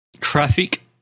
Traffic